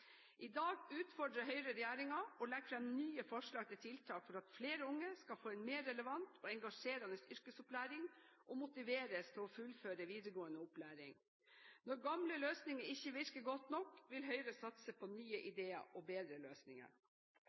I dag utfordrer Høyre regjeringen og legger fram nye forslag til tiltak for at flere unge skal få en mer relevant og engasjerende yrkesopplæring og motiveres til å fullføre videregående opplæring. Når gamle løsninger ikke virker godt nok, vil Høyre satse på nye ideer og bedre løsninger.